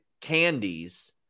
candies